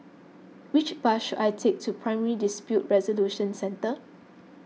which bus should I take to Primary Dispute Resolution Centre